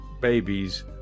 babies